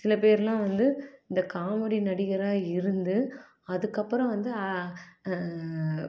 சில பேர்லாம் வந்து இந்த காமெடி நடிகராக இருந்து அதுக்கப்புறம் வந்து ஆ